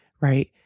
right